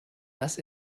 less